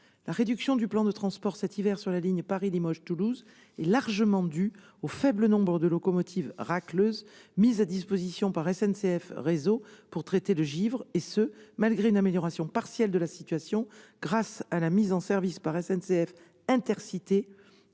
La réduction du plan de transport cet hiver sur la ligne Paris-Limoges-Toulouse est largement due au faible nombre de locomotives racleuses mises à disposition par SNCF Réseau pour traiter le givre, et cela malgré une amélioration partielle de la situation grâce à la mise en service par SNCF Intercités,